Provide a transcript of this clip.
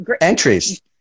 Entries